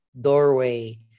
doorway